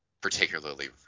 particularly